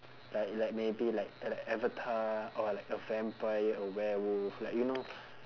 like like maybe like an avatar or like a vampire a werewolf like you know